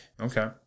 Okay